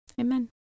Amen